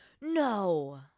No